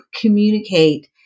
communicate